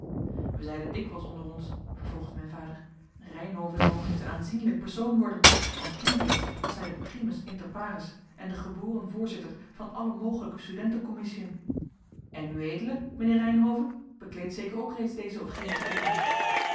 wij zeiden dikwijls onder ons vervolgde mijn vader reynhove zal nog eens een aanzienlijk persoon worden want toen reeds was hij de primus inter pares en de geboren voorzitter van alle mogelijke studenten commissiën en ued mijnheer reynhove bekleedt zeker ook reeds deze of gene betrekking